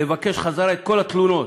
לבקש חזרה את כל התלונות,